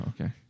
Okay